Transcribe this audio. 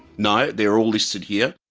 no, they are all listed here.